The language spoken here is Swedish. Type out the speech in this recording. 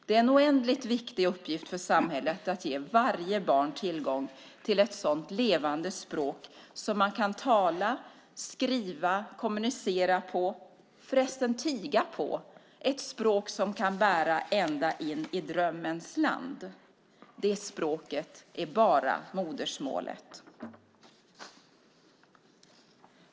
Det är en oändligt viktig uppgift för samhället att ge varje barn tillgång till ett sådant levande språk som man kan tala, skriva, kommunicera på och förresten även tiga på, ett språk som kan bära ända in i drömmens land. Det språket är bara modersmålet.